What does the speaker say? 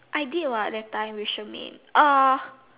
I did what that time with Shermaine uh